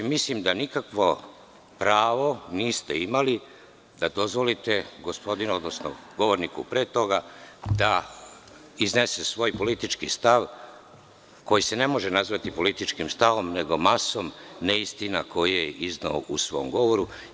Mislim da nikakvo pravo niste imali da dozvolite gospodinu, odnosno govorniku pre toga da iznese svoj politički stav, koji se ne može nazvati političkim stavom, nego masom neistina koje je izneo u svom govoru.